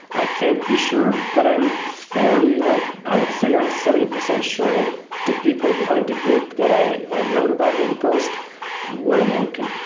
i can't be sure, but i'm fairly like i would say i'm seventy percent sure the people behind the group that wrote about in the post were american,